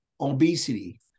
obesity